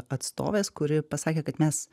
atstovės kuri pasakė kad mes